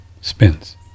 Spins